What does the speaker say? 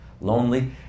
lonely